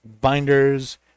binders